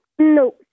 No